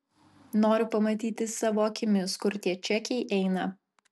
noriu pamatyti savo akimis kur tie čekiai eina